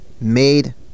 made